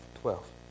Twelve